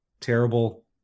terrible